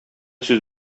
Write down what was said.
сүз